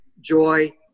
joy